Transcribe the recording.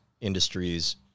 industries